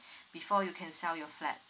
before you can sell your flat